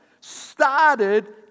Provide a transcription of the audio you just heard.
started